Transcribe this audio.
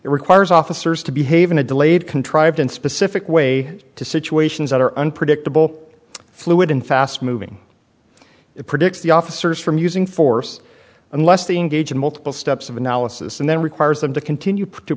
it requires officers to behave in a delayed contrived and specific way to situations that are unpredictable fluid and fast moving it predicts the officers from using force unless they engage in multiple steps of analysis and then requires them to continue to